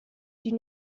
die